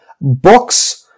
books